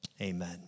Amen